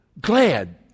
glad